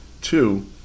two